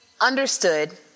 understood